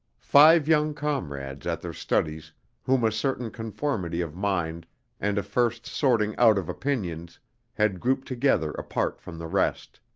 five young comrades at their studies whom a certain conformity of mind and a first sorting out of opinions had grouped together apart from the rest.